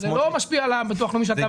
זה לא משפיע על הביטוח שאתה ואני משלמים.